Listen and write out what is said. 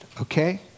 okay